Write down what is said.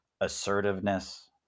Assertiveness